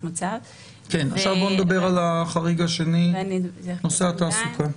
עכשיו בואו נדבר על החריג השני, נושא התעסוקה.